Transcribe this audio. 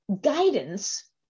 guidance